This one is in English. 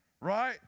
Right